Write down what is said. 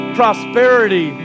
prosperity